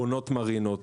בונות מרינות,